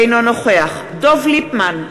אינו נוכח דב ליפמן,